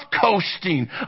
coasting